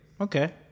Okay